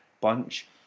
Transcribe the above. bunch